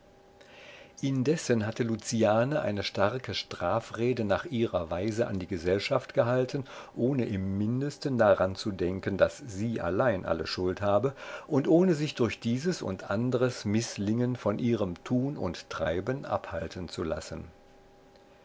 indessen hatte luciane eine starke strafrede nach ihrer weise an die gesellschaft gehalten ohne im mindesten daran zu denken daß sie allein alle schuld habe und ohne sich durch dieses und andres mißlingen von ihrem tun und treiben abhalten zu lassen